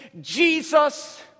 Jesus